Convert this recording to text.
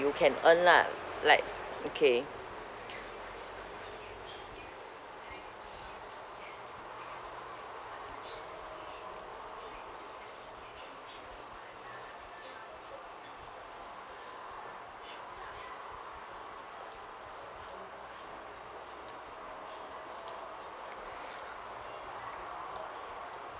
you can earn lah likes okay